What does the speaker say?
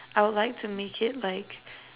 I would like to make it like